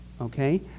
Okay